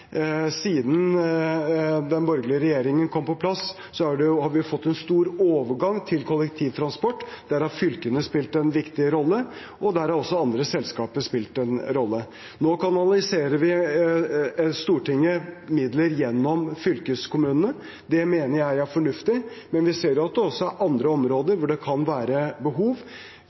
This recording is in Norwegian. Siden den borgerlige regjeringen kom på plass, har vi fått en stor overgang til kollektivtransport. Der har fylkene spilt en viktig rolle, og der har også andre selskaper spilt en rolle. Nå kanaliserer Stortinget midler gjennom fylkeskommunene. Det mener jeg er fornuftig, men vi ser at det også er andre områder hvor det kan være behov.